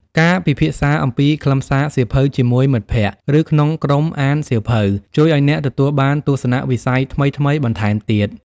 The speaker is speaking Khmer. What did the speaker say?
ការពិភាក្សាអំពីខ្លឹមសារសៀវភៅជាមួយមិត្តភក្ដិ ឬក្នុងក្រុមអានសៀវភៅ ជួយឱ្យអ្នកទទួលបានទស្សនវិស័យថ្មីៗបន្ថែមទៀត។